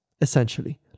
essentially